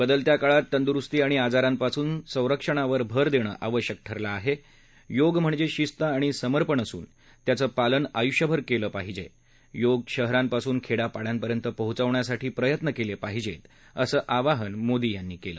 बदलत्या काळात तंदुरुस्ती आणि आजारांपासून सरक्षणावर भर दणिआवश्यक ठरलं आहा झोग म्हणजाभिस्त आणि सर्मपण असून त्याचं पालन आयुष्यभर कलि पाहिजा योग शहरांपासून खेड्या पाड्यांपर्यंत पोचवण्यासाठी प्रयत्न केले पाहिजेत असं आवाहन मोदी यांनी केलं